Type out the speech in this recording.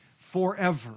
forever